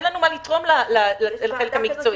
אין לנו מה לתרום לחלק המקצועי.